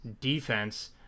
defense